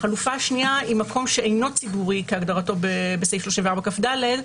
החלופה השנייה היא: "מקום שאינו ציבורי כהגדרתו בסעיף 34כד,